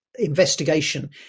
investigation